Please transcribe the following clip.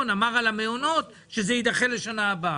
אמר על המעונות שזה יידחה לשנה הבאה.